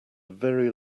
very